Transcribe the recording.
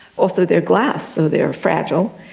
also they're glass, so they are fragile.